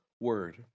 Word